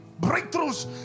breakthroughs